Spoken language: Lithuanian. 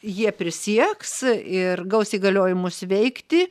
jie prisieks ir gaus įgaliojimus veikti